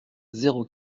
zéro